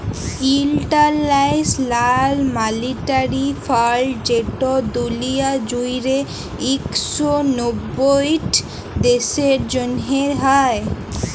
ইলটারল্যাশ লাল মালিটারি ফাল্ড যেট দুলিয়া জুইড়ে ইক শ নব্বইট দ্যাশের জ্যনহে হ্যয়